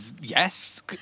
Yes